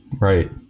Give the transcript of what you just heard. Right